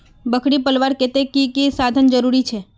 बकरी पलवार केते की की साधन जरूरी छे?